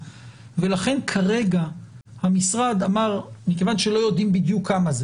ולכן כרגע המשרד אמר מכיוון שלא יודעים בדיוק כמה זה?